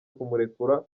kumurekura